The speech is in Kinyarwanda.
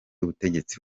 ubutegetsi